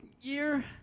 year